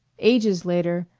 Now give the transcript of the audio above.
ages later,